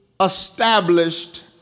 established